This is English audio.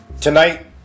tonight